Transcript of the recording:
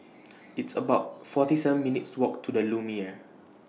It's about forty seven minutes' Walk to The Lumiere